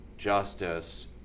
justice